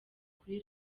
kuri